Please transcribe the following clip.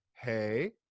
hey